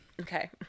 Okay